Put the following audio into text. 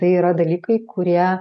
tai yra dalykai kurie